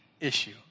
issue